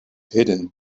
hidden